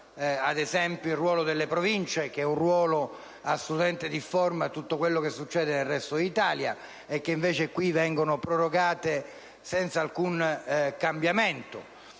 ad esempio, il ruolo delle Province, che è assolutamente difforme da tutto quello che succede nel resto d'Italia e che qui invece viene prorogato senza alcun cambiamento.